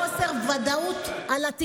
ובהתאם לזה היינו צריכים לעשות את